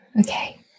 okay